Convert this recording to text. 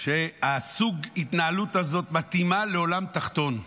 וסוג ההתנהלות הזאת מתאים לעולם תחתון,